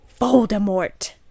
Voldemort